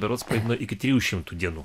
berods padidino iki trijų šimtų dienų